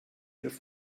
wieder